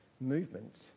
movement